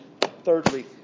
thirdly